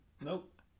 Nope